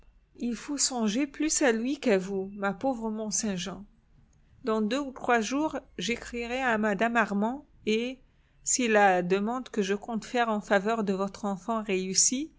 il faut songer plus à lui qu'à vous ma pauvre mont-saint-jean dans deux ou trois jours j'écrirai à mme armand et si la demande que je compte faire en faveur de votre enfant réussit